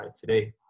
today